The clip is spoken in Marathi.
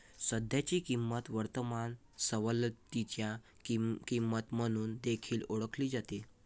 सध्याची किंमत वर्तमान सवलतीची किंमत म्हणून देखील ओळखली जाते